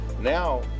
Now